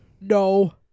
No